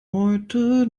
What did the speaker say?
heute